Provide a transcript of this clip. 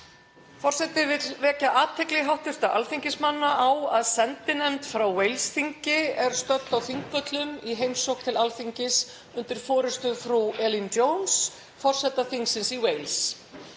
Forseti vill vekja athygli hv. alþingismanna á að sendinefnd frá Wales-þingi er stödd á þingpöllum í heimsókn til Alþingis undir forystu frú Elin Jones, forseta þingsins í Wales.